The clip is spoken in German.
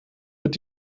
wird